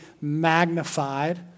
magnified